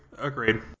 Agreed